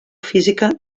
física